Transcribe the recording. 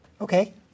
Okay